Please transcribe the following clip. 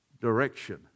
direction